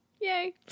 Yay